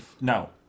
No